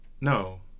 No